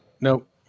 nope